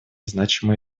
значимые